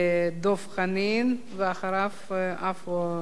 דב חנין, ואחריו, עפו אגבאריה.